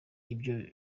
ibyo